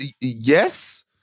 Yes